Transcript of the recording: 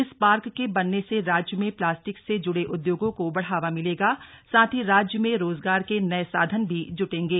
इस पार्क के बनने से राज्य में प्लास्टिक से जुड़े उद्योगों को बढ़ावा मिलेगा साथ ही राज्य में रोजगार के नये साधन भी जुड़ेंगे